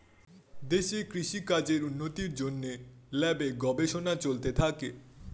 দেশে কৃষি কাজের উন্নতির জন্যে ল্যাবে গবেষণা চলতে থাকে